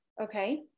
okay